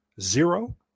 zero